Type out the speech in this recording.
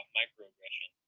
microaggression